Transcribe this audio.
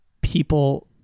people